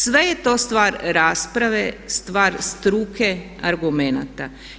Sve je to stvar rasprave, stvar struke, argumenata.